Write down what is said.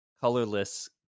colorless